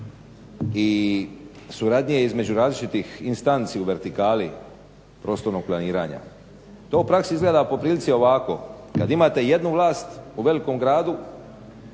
i suradnje između različitih instanci u vertikali prostornog planiranja. To u praksi izgleda po prilici ovako. Kad imate jednu vlast u velikom gradu